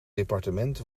departement